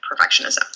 perfectionism